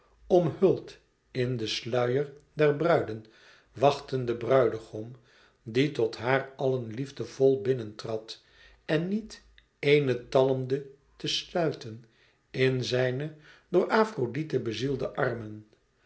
omhuld in den sluier der bruiden wachtten den bruidegom die tot haar allen liefdevol binnen trad en niet éene talmde te sluiten in zijne door afrodite bezielde armen